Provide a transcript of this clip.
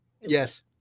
Yes